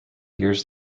years